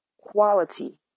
quality